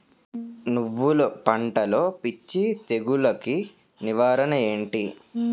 నువ్వులు పంటలో పిచ్చి తెగులకి నివారణ ఏంటి?